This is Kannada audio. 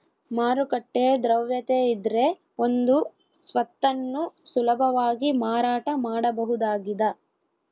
ಮಾರುಕಟ್ಟೆ ದ್ರವ್ಯತೆಯಿದ್ರೆ ಒಂದು ಸ್ವತ್ತನ್ನು ಸುಲಭವಾಗಿ ಮಾರಾಟ ಮಾಡಬಹುದಾಗಿದ